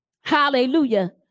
Hallelujah